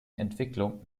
entwicklung